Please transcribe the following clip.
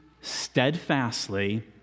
steadfastly